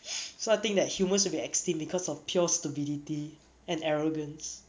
so I think that humans will be extinct because of pure stupidity and arrogance